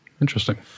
Interesting